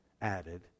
added